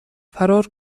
فرار